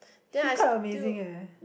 she's quite amazing eh